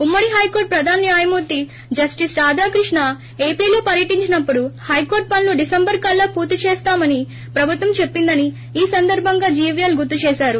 ఉమ్మడి హైకోర్టు ప్రధాన న్యాయమూర్తి జస్టిస్ రాధాకృష్ణ ఏపీలో పర్యటించినప్పుడు హైకోర్టు పనులు డిసెంబరు కల్లా పూర్తి చేస్తామని ప్రభుత్వం చెప్పిందని ఈ సందర్బంగా జీవీఎల్ గుర్తు చేశారు